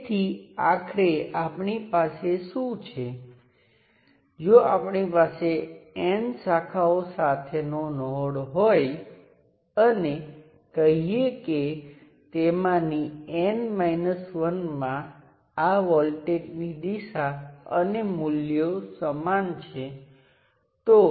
તેથી જ્યાં સુધી સર્કિટમાં માત્ર સ્વતંત્ર સ્ત્રોત અને રેખીય ઘટકો હોય ત્યાં સુધી તેને આ બે માત્રા Vth અને Rth દ્વારા મોડેલ કરી શકાય છે જ્યાં Vth એ આ ટર્મિનલ અને પ્રાઈમ ટર્મિનલ વચ્ચેનો ઓપન સર્કિટ વોલ્ટેજ છે